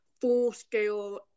full-scale